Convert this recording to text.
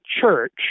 Church